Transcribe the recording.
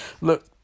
look